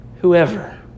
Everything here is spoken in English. whoever